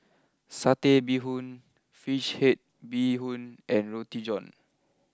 Satay Bee Hoon Fish Head Bee Hoon and Roti John